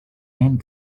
and